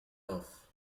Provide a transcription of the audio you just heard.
off